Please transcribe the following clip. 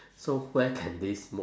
so where can they smoke